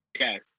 Okay